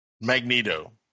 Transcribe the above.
Magneto